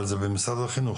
אבל זה במשרד החינוך,